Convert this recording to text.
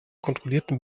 kontrollierten